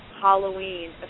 halloween